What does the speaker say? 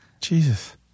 Jesus